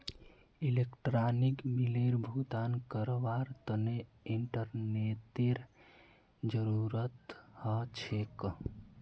electronic बिलेर भुगतान करवार तने इंटरनेतेर जरूरत ह छेक